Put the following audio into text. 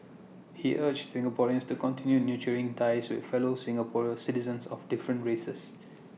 he urged Singaporeans to continue nurturing ties with fellow Singaporeans citizens of different races